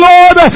Lord